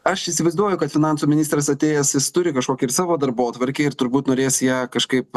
aš įsivaizduoju kad finansų ministras atėjęs jis turi kažkokį ir savo darbotvarkę ir turbūt norės ją kažkaip